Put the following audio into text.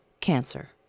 cancer